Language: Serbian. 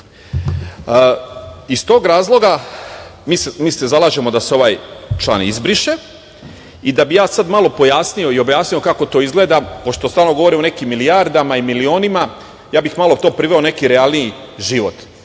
tog razloga mi se zalažemo da se ovaj član izbriše. Da bi ja sada malo pojasnio i objasnio kako to izgleda, pošto stalno govorimo o nekim milijardama i milionima, ja bih to malo priveo u neki realniji život.